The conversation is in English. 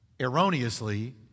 erroneously